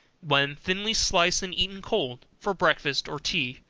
when thinly sliced and eaten cold, for breakfast or tea,